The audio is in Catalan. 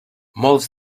molts